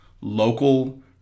Local